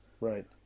right